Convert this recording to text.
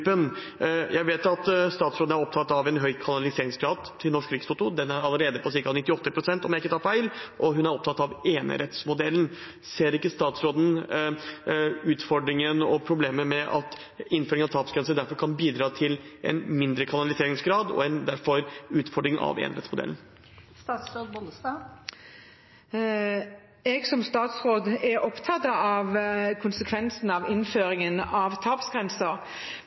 Jeg vet at statsråden er opptatt av en høy kanaliseringsgrad til Norsk Rikstoto. Den er allerede på ca. 98 pst, om jeg ikke tar feil, og at hun er opptatt av enerettsmodellen. Ser ikke statsråden utfordringen og problemet med at innføringen av tapsgrensene kan bidra til en mindre kanaliseringsgrad og derfor en utfordring av enerettsmodellen? Jeg som statsråd er opptatt av konsekvensen av innføringen av